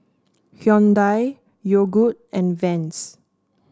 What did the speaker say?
Hyundai Yogood and Vans